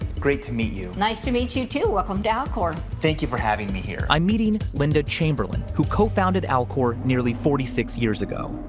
great to meet you. nice to meet you too, welcome down alcor. thank you for having me here. i'm meeting linda chamberlain, who co founded alcor nearly forty six years ago.